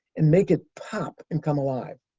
and make it pop and come alive.